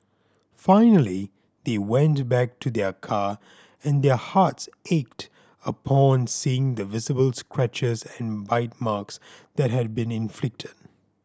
finally they went back to their car and their hearts ached upon seeing the visible scratches and bite marks that had been inflicted